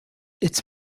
its